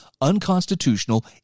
unconstitutional